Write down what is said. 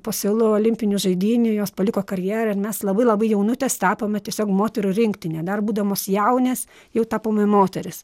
po seulo olimpinių žaidynių jos paliko karjerą ir mes labai labai jaunutės tapome tiesiog moterų rinktine dar būdamos jaunės jau tapome moterys